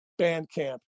Bandcamp